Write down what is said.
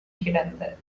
கிடந்த